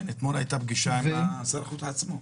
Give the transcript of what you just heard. כן, אתמול הייתה פגישה עם שר החוץ.